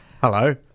hello